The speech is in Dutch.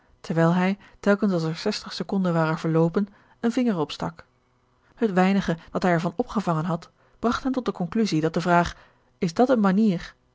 terwijl hij telkens als er zestig sekonden waren verloopen een vinger opstak het weinige dat hij er van opgevangen had bragt hem tot de conclusie dat de vraag is dat eene manier